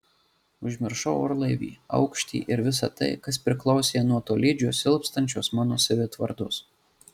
užmiršau orlaivį aukštį ir visa tai kas priklausė nuo tolydžio silpstančios mano savitvardos